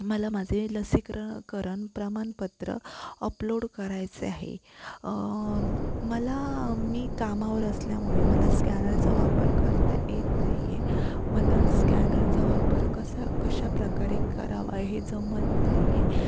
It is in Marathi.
मला माझे लसीकरण करण प्रमाणपत्र अपलोड करायचे आहे मला मी कामावर असल्यामुळे मला स्कॅनरचा वापर करता येत नाही आहे मला स्कॅनरचा वापर कसा कशा प्रकारे करावा हे जमत नाही आहे